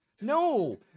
No